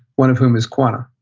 one of whom was quanah.